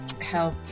help